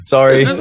Sorry